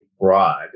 broad